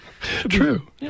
True